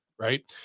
right